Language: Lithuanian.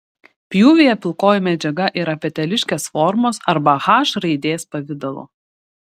pjūvyje pilkoji medžiaga yra peteliškės formos arba h raidės pavidalo